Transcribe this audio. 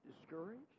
discouraged